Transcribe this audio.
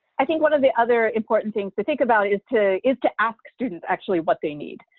i think one of the other important things to think about is to is to ask students actually what they need.